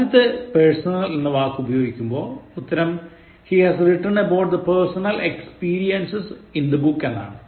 ആദ്യത്തെ personal എന്ന വാക്ക് ഉപയോഗിക്കുമ്പോൾ ഉത്തരം He has written about his personal experiences in the book എന്നാണ്